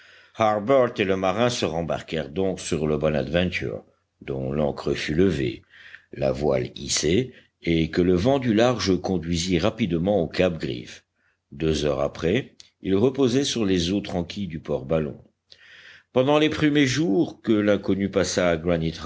et le marin se rembarquèrent donc sur le bonadventure dont l'ancre fut levée la voile hissée et que le vent du large conduisit rapidement au cap griffe deux heures après il reposait sur les eaux tranquilles du port ballon pendant les premiers jours que l'inconnu passa